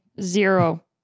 zero